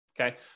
Okay